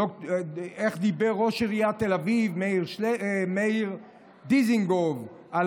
איך דיבר ראש עיריית תל אביב מאיר דיזינגוף על